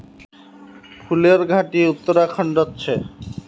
फूलेर घाटी उत्तराखंडत छे